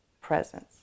presence